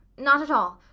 not at all.